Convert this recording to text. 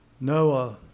Noah